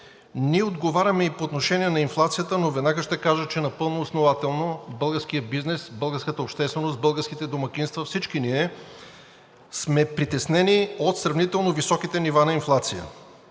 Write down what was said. ние отговаряме и по отношение на инфлацията, но веднага ще кажа, че напълно основателно българският бизнес, българската общественост, българските домакинства, всички ние сме притеснени от сравнително високите нива на инфлация.